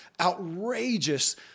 outrageous